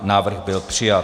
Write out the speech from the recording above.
Návrh byl přijat.